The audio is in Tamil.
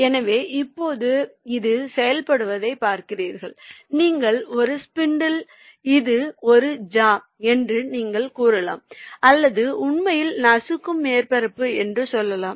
எனவே இப்போது இது செயல்படுவதைப் பார்க்கிறீர்கள் நீங்கள் ஸ்பிண்டில் இது ஜா என்று நீங்கள் கூறலாம் அல்லது உண்மையில் நசுக்கும் மேற்பரப்பு என்று சொல்லலாம்